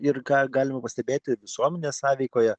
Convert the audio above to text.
ir ką galima pastebėti visuomenės sąveikoje